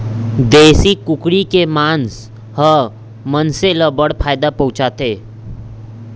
देसी कुकरी के मांस ह मनसे ल बड़ फायदा पहुंचाथे